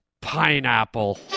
Pineapple